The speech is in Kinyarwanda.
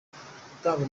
gutanga